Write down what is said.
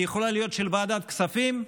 היא יכולה להיות של ועדת כספים.